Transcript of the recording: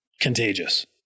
contagious